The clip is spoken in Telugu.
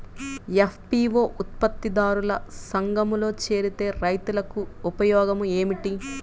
ఎఫ్.పీ.ఓ ఉత్పత్తి దారుల సంఘములో చేరితే రైతులకు ఉపయోగము ఏమిటి?